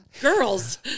girls